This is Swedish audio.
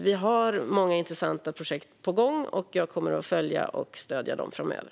Vi har många intressanta projekt på gång, och jag kommer att följa och stödja dem framöver.